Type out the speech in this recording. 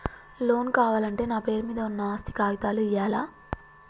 Loan కావాలంటే నా పేరు మీద ఉన్న ఆస్తి కాగితాలు ఇయ్యాలా?